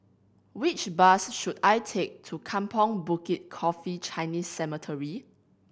which bus should I take to Kampong Bukit Coffee Chinese Cemetery